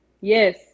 yes